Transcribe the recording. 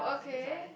K